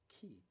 key